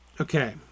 Okay